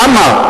למה?